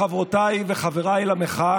חברותיי וחבריי למחאה,